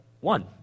one